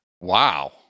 Wow